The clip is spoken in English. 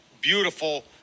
beautiful